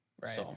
Right